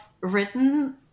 written